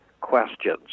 questions